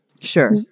Sure